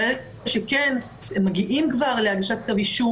אבל אלה שכן מגיעים להגשת כתב אישום